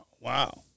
Wow